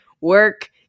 work